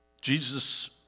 Jesus